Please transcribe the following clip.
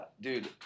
Dude